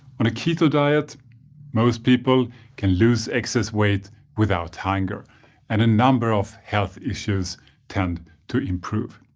on a keto diet most people can lose excess weight without hunger and a number of health issues tend to improve.